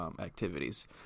activities